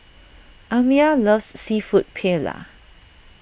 Amya loves Seafood Paella